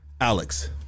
Alex